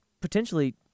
potentially